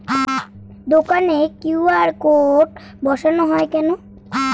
দোকানে QR code বসানো হয় কেন?